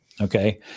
Okay